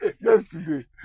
Yesterday